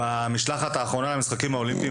במשלחת האחרונה במשחקים האולימפיים,